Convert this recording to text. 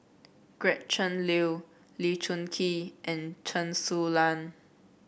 Gretchen Liu Lee Choon Kee and Chen Su Lan